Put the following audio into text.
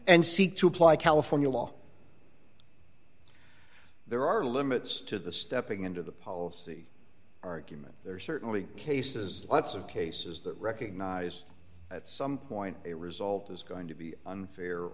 and seek to apply california law there are limits to the stepping into the policy argument there are certainly cases lots of cases that recognize at some point a result is going to be fair